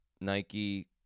Nike